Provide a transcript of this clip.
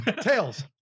tails